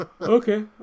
Okay